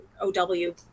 OW